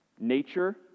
Nature